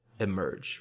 emerge